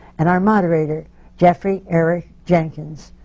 and our moderator, jeffrey eric jenkins.